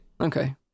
Okay